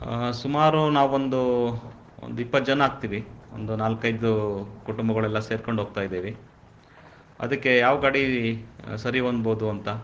ಸುಮಾರು ನಾವೊಂದು ಒಂದು ಇಪ್ಪತ್ತು ಜನ ಆಗ್ತೀವಿ ಒಂದು ನಾಲ್ಕೈದು ಕುಟುಂಬಗಳೆಲ್ಲ ಸೇರ್ಕಂಡು ಹೋಗ್ತಾ ಇದ್ದೀವಿ ಅದಕ್ಕೆ ಯಾವ ಗಾಡಿ ಸರಿ ಹೊಂದ್ಬೋದು ಅಂತ